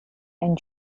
and